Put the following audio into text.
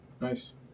Nice